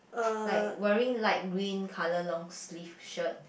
like wearing light green colour long sleeve shirt